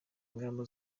ingamba